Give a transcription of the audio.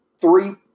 three